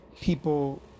people